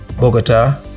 Bogota